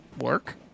work